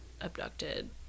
abducted